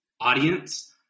audience